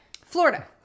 Florida